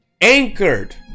Anchored